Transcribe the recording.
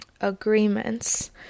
agreements